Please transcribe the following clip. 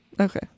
Okay